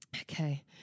Okay